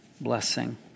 blessing